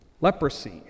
Leprosy